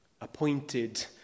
Appointed